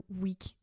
week